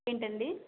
ఏంటండి